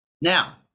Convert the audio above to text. Now